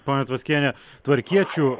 ponia tvaskiene tvarkiečių